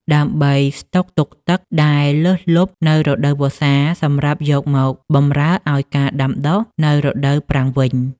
ដើម្បីស្តុកទុកទឹកដែលលើសលប់នៅរដូវវស្សាសម្រាប់យកមកបម្រើឱ្យការដាំដុះនៅរដូវប្រាំងវិញ។